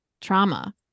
trauma